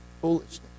foolishness